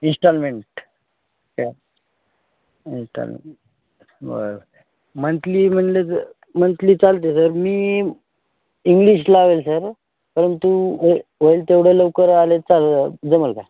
instalment installment बरं monthly म्हटलं जर मंथली चालते सर मी इंग्लिश लावेल सर परंतु होईल तेवढं लवकर आले चालेल जमेल काय